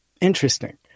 interesting